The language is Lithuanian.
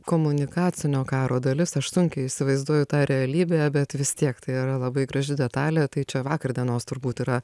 komunikacinio karo dalis aš sunkiai įsivaizduoju tą realybę bet vis tiek tai yra labai graži detalė tai čia vakar dienos turbūt yra